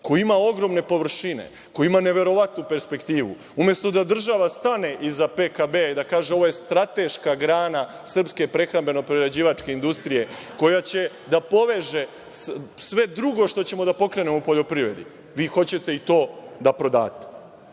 koji ima ogromne površine, koji ima neverovatnu perspektivu. Umesto da država stane iza PKB i da kaže – ovo je strateška grana srpske prehrambeno-prerađivačke industrije koja će da poveže sve drugo što ćemo da pokrenemo u poljoprivedi, vi hoćete i to da